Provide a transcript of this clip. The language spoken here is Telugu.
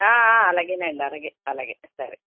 అలాగేనండి అలాగే అలాగే సరే